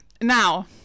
now